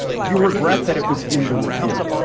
do you regret that it was in the report?